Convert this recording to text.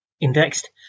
Indexed